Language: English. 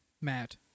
Matt